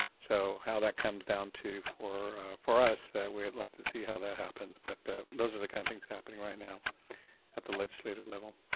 so how that comes down to for for us, we'd like to see how that happens, but those are the kind of things happening right now at the legislative level.